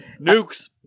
Nukes